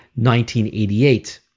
1988